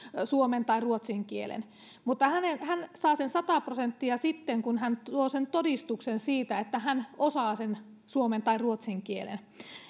suomen tai ruotsin kielen hän saa sen sata prosenttia sitten kun hän tuo todistuksen siitä että hän osaa suomen tai ruotsin kielen